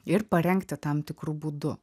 ir parengti tam tikru būdu